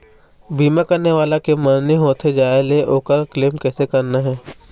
बीमा करने वाला के मरनी होथे जाय ले, ओकर क्लेम कैसे करना हे?